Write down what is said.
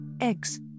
eggs